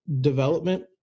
development